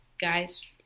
guys